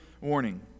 warning